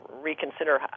reconsider